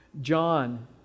John